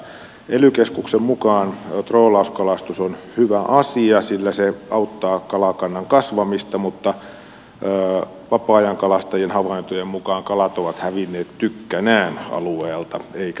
ely keskuksen mukaan troolauskalastus on hyvä asia sillä se auttaa kalakannan kasvamista mutta vapaa ajankalastajien havaintojen mukaan kalat ovat hävinneet tykkänään alueelta eikä saalista tule